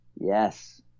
Yes